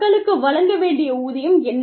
மக்களுக்கு வழங்க வேண்டிய ஊதியம் என்ன